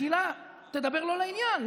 מחילה, תדבר לא לעניין.